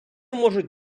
можуть